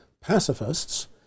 pacifists